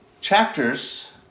chapters